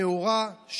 נאורה,